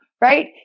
right